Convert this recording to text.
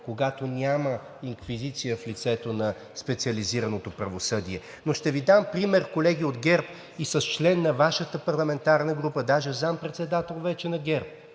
когато няма инквизиция в лицето на специализираното правосъдие. Но ще Ви дам пример, колеги от ГЕРБ, и с член на Вашата парламентарна група, даже заместник-председател вече на ГЕРБ